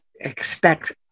expect